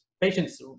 Patients